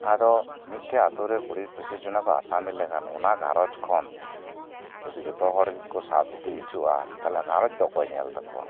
ᱟᱫᱚ ᱢᱤᱫᱴᱮᱡ ᱟᱛᱳ ᱨᱮ ᱠᱩᱲᱤ ᱯᱚᱪᱤᱥ ᱡᱚᱱᱟ ᱟᱥᱟᱢᱤ ᱞᱮᱱᱟ ᱚᱱᱟ ᱜᱷᱟᱸᱨᱚᱡᱽ ᱠᱷᱚᱱ ᱡᱩᱫᱤ ᱡᱚᱛᱚ ᱦᱚᱲ ᱜᱮᱠᱚ ᱥᱟᱵ ᱤᱫᱤ ᱚᱪᱚᱜᱼᱟ ᱛᱟᱦᱚᱞᱮ ᱠᱷᱟᱸᱨᱚᱡᱽ ᱫᱚ ᱚᱠᱚᱭ ᱧᱮᱞ ᱛᱟᱠᱚᱭᱟ